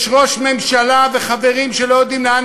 יש ראש ממשלה וחברים שלא יודעים לאן